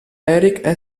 eric